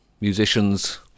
musicians